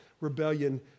rebellion